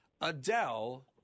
Adele